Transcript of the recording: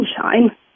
sunshine